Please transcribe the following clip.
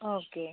okay